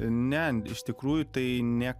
ne iš tikrųjų tai ne